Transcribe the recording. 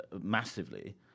massively